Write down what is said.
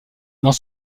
dans